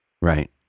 Right